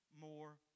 more